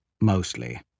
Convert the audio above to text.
mostly